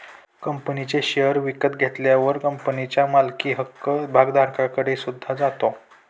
कंपनीचे शेअर विकत घेतल्यावर कंपनीच्या मालकी हक्क भागधारकाकडे सुद्धा जातो